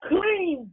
Clean